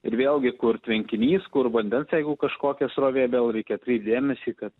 ir vėlgi kur tvenkinys kur vandens jeigu kažkokia srovė vėl reikia atkreipt dėmesį kad